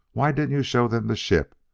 why didn't you show them the ship?